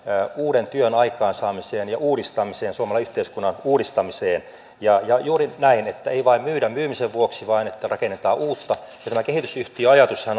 uuden työn aikaansaamiseen ja uudistamiseen suomalaisen yhteiskunnan uudistamiseen ja juuri näin että ei vain myydä myymisen vuoksi vaan että rakennetaan uutta tämä kehitysyhtiöajatushan